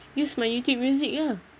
use my YouTube music ah